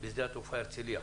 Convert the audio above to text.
בשדה התעופה הרצליה,